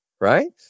Right